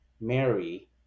Mary